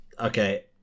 Okay